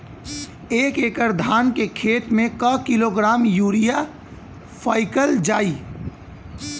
एक एकड़ धान के खेत में क किलोग्राम यूरिया फैकल जाई?